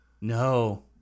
no